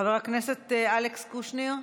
חבר הכנסת אלכס קושניר,